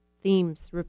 themes